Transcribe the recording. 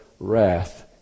wrath